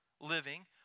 living